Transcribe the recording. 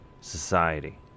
society